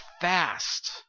fast